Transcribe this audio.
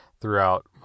throughout